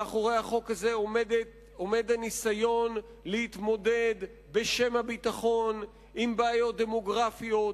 מאחורי החוק הזה עומד הניסיון להתמודד בשם הביטחון עם בעיות דמוגרפיות,